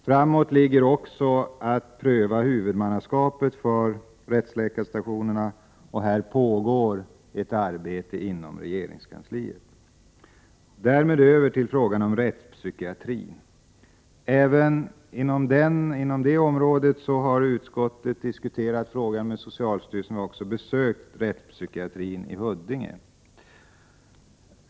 Framför oss ligger så småningom också uppgiften att pröva huvudmannaskapet för rättsläkarstationerna. Här pågår redan ett arbete inom regeringskansliet. Därmed över till frågan om rättspsykiatrin. Även på det området har utskottet diskuterat frågan med socialstyrelsen. Vi har också besökt rättspsykiatriska anstalten i Huddinge.